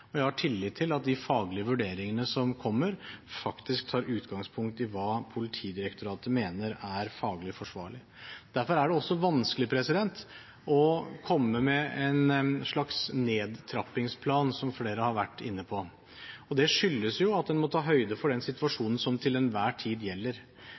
nødvendig. Jeg har tillit til at de faglige vurderingene som kommer, faktisk tar utgangspunkt i hva Politidirektoratet mener er faglig forsvarlig. Derfor er det vanskelig å komme med en slags nedtrappingsplan, som flere har vært inne på. Det skyldes at en må ta høyde for den situasjonen som til enhver tid gjelder.